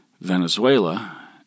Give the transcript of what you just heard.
Venezuela